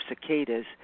cicadas